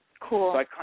Cool